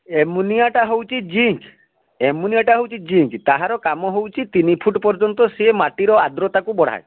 ଏମୁନିଆଟା ହଉଛି ଜିଙ୍କ ଏମୁନିଆଟା ହଉଛି ଜିଙ୍କ ତାହାର କାମ ହଉଛି ତିନିଫୁଟ୍ ପର୍ଯ୍ୟନ୍ତ ସିଏ ମାଟିର ଆଦ୍ରତାକୁ ବଢ଼ାଏ